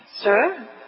Sir